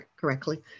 correctly